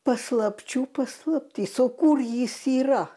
paslapčių paslaptis o kur jis yra